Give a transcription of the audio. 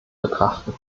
betrachten